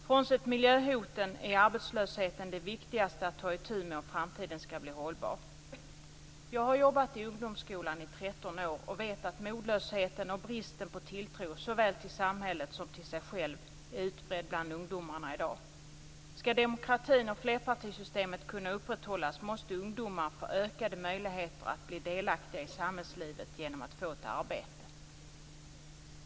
Frånsett miljöhoten är arbetslösheten det viktigaste att ta itu med om framtiden skall bli hållbar. Jag har jobbat i ungdomsskolan i 13 år och vet att modlösheten och bristen på tilltro såväl till samhället som till sig själv är utbredd bland ungdomarna i dag. Skall demokratin och flerpartisystemet kunna upprätthållas måste ungdomar få ökade möjligheter att bli delaktiga i samhällslivet genom att få ett arbete.